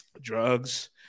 Drugs